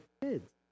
kids